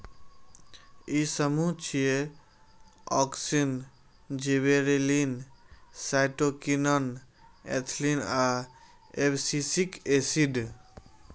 ई समूह छियै, auxin, gibberellin, cytokinin, ethylene आ एब्सिसिक एसिड